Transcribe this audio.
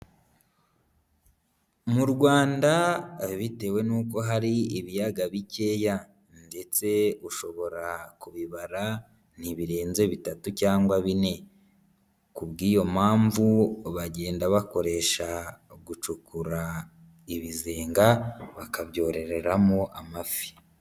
Mu Rwanda bitewe n'uko hari ibiyaga bikeya ndetse ushobora kubibara ntibirenze bitatu cyangwa bine, ku bw'iyo mpamvu bagenda bakoresha gucukura ibizenga bakabyorereramo amafi.